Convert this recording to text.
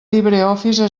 libreoffice